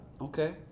Okay